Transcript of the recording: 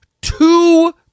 two